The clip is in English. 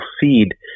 feed